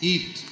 Eat